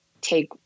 take –